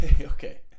okay